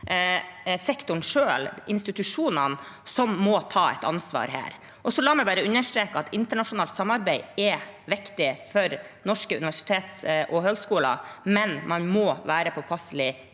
sist er det institusjonene selv som må ta et ansvar her. La meg også understreke at internasjonalt samarbeid er viktig for norske universiteter og høgskoler, men man må være påpasselig